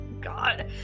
God